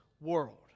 world